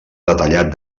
detallat